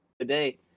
Today